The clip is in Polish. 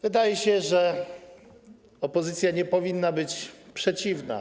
Wydaje się, że opozycja nie powinna być przeciwna.